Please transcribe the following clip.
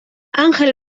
angel